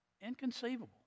Inconceivable